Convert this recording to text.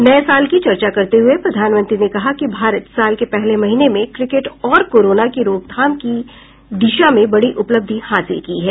नये साल की चर्चा करते हुये प्रधानमंत्री ने कहा कि भारत साल के पहले महीने में क्रिकेट और कोरोना की रोकथाम की दिशा में बड़ी उपलब्धि हासिल की है